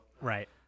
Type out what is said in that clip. right